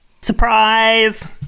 Surprise